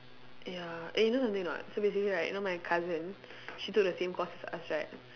ya eh you know something or not so basically right you know my cousin she took the same course as us right